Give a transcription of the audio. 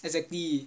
exactly